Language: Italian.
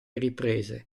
riprese